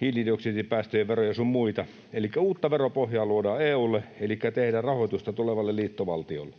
hiilidioksidipäästöjen veroja sun muita, elikkä uutta veropohjaa luodaan EU:lle elikkä tehdään rahoitusta tulevalle liittovaltiolle.